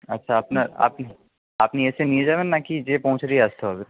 আচ্ছা আপনার আপনি আপনি এসে নিয়ে যাবেন নাকি গিয়ে পৌঁছে দিয়ে আসতে হবে